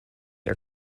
are